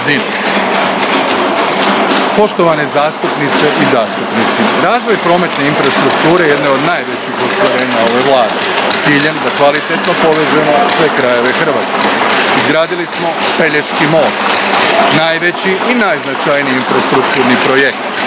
Poštovane zastupnice i zastupnici, razvoj prometne infrastrukture jedno je od najvećih ostvarenja ove Vlade, s ciljem da kvalitetno povežemo sve krajeve Hrvatske. Izgradili smo Pelješki most – najveći i najznačajniji infrastrukturni projekt